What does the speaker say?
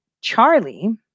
Charlie